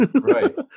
Right